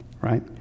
right